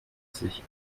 sich